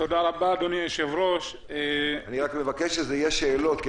תודה רבה, אדוני היושב-ראש, כן, שאלות.